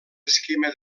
esquema